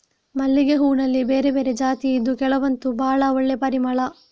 ಮಲ್ಲಿಗೆ ಹೂನಲ್ಲಿ ಬೇರೆ ಬೇರೆ ಜಾತಿ ಇದ್ದು ಕೆಲವಂತೂ ಭಾಳ ಒಳ್ಳೆ ಪರಿಮಳ